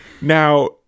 Now